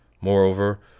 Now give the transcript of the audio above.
Moreover